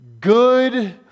good